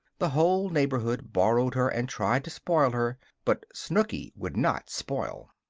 the whole neighborhood borrowed her and tried to spoil her but snooky would not spoil.